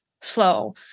slow